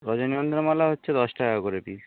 রজনীগন্ধার মালা হচ্ছে দশ টাকা করে পিস